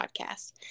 podcast